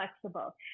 flexible